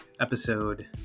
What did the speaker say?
episode